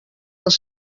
els